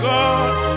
God